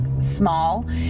small